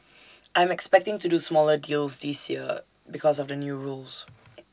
I'm expecting to do smaller deals this year because of the new rules